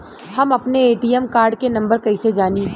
हम अपने ATM card के नंबर कइसे जानी?